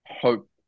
hope